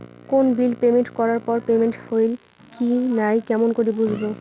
কোনো bill payment করার পর পেমেন্ট হইল কি নাই কেমন করি বুঝবো?